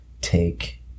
take